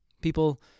People